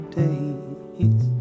days